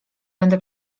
będę